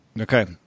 Okay